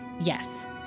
yes